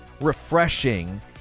refreshing